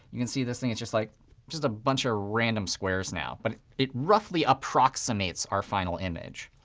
you can see this thing is just like just a bunch of random squares now. but it roughly approximates our final image.